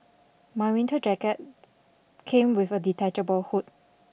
my winter jacket came with a detachable hood